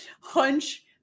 hunch